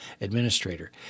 administrator